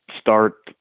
start